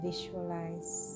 Visualize